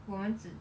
我们只